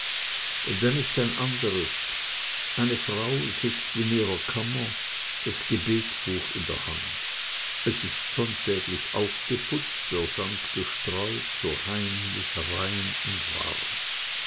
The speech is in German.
dann ein anderes eine frau sitzt in ihrer kammer das gebetbuch in der hand es ist sonntäglich aufgeputzt der sand gestreut so heimlich rein und warm